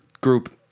group